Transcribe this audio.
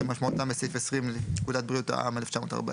כמשמעותם בסעיף 20 לפקודת בריאות העם, 1940,